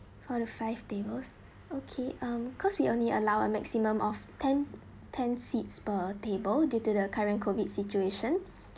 four to five tables okay um cause we only allow a maximum of ten ten seats per table due to the current COVID situation